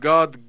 God